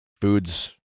foods